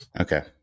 Okay